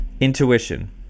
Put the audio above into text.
intuition